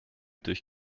durch